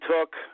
took